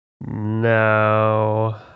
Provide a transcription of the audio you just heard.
No